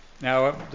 now